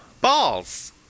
Balls